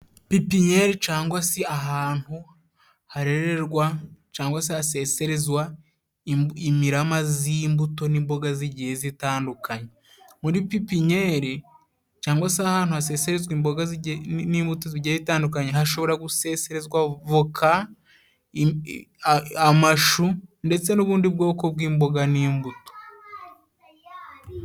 Pipinyeri cangwa se ahantu harererwa cyangwa se ha seserezwa imirama z'imbuto n'imboga zigiye zitandukanye. Muri pipinyeri cyangwa se ahantu haseserezwa imboga n'imbuto zigiye zitandukanye hashobora guseserezwa voka, amashu ndetse n'ubundi bwoko bw'imboga n'imbuto.